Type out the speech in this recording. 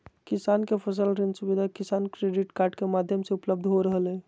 किसान के फसल ऋण सुविधा किसान क्रेडिट कार्ड के माध्यम से उपलब्ध हो रहल हई